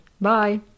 Bye